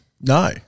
No